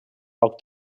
poc